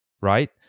right